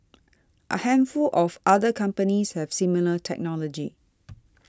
a handful of other companies have similar technology